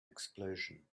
explosion